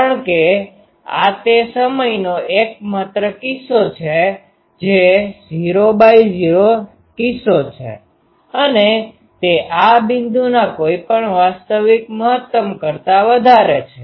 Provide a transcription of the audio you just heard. કારણ કે આ તે સમયનો એકમાત્ર કિસ્સો છે જે 00 કિસ્સો છે અને તે આ બિંદુના કોઈપણ વાસ્તવિક મહત્તમ કરતાં વધારે છે